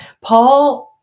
Paul